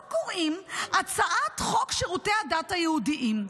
לחוק קוראים "הצעת חוק שירותי הדת היהודיים".